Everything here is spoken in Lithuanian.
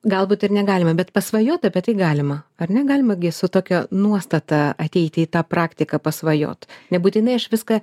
galbūt ir negalima bet pasvajot apie tai galima ar ne galima gi su tokia nuostata ateiti į tą praktiką pasvajot nebūtinai aš viską